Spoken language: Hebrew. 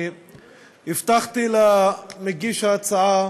אני הבטחתי למגיש ההצעה,